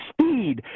speed